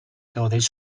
gaudeix